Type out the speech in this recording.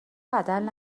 بدل